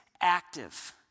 active